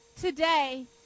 today